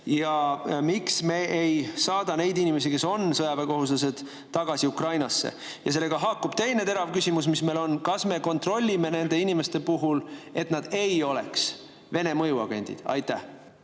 Miks me ei saada neid inimesi, kes on sõjaväekohuslased, tagasi Ukrainasse? Sellega haakub teine terav küsimus, mis meil on: kas me kontrollime nende inimeste puhul, et nad ei oleks Vene mõjuagendid? Aitäh!